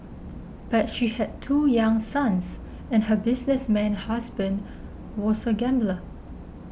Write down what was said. but she had two young sons and her businessman husband was a gambler